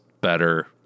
better